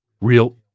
Real